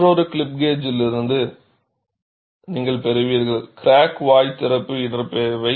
மற்றொரு கிளிப் கேஜ்லிருந்த நீங்கள் பெறுவீர்கள் கிராக் வாய் திறப்பு இடப்பெயர்வு